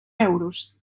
euros